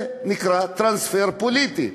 זה נקרא טרנספר פוליטי.